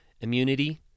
immunity